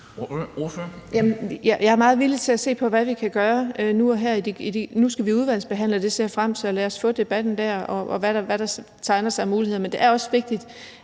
Jeg er meget villig til at se på, hvad vi kan gøre nu og her. Nu skal vi udvalgsbehandle, og det ser jeg frem til, så lad os få debatten der og se, hvad der tegner sig af muligheder. Men det er også vigtigt,